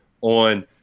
on